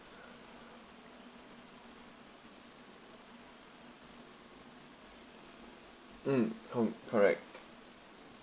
mm con~ correct